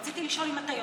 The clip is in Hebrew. רציתי לשאול אם אתה יודע,